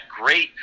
great